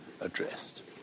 addressed